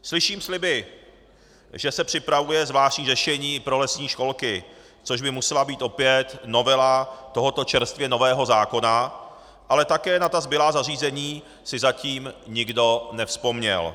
Slyším sliby, že se připravuje zvláštní řešení pro lesní školky, což by musela být opět novela tohoto čerstvě nového zákona, ale také na ta zbylá zařízení si zatím nikdo nevzpomněl.